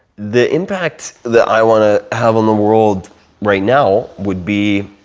the impact that i want to have on the world right now would be